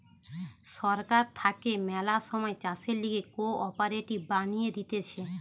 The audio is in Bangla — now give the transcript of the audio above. সরকার থাকে ম্যালা সময় চাষের লিগে কোঅপারেটিভ বানিয়ে দিতেছে